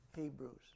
Hebrews